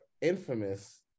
infamous